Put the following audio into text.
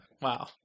Wow